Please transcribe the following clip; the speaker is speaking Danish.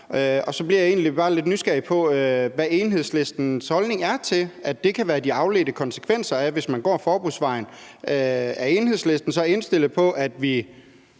og så blev jeg egentlig bare lidt nysgerrig på, hvad Enhedslistens holdning er til, at det kan være de afledte konsekvenser, hvis man går forbudsvejen. Er Enhedslisten så indstillet på, at vi